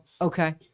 Okay